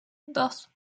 dos